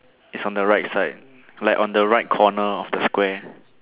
it's on the right side like on the right corner of the square